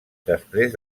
després